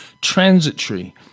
Transitory